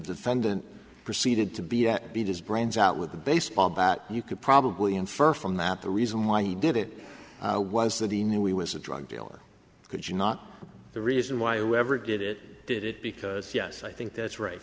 defendant proceeded to be at beaches brains out with a baseball bat you could probably infer from that the reason why he did it was that he knew he was a drug dealer could you not the reason why we ever get it did it because yes i think that's right